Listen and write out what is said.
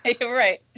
Right